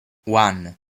one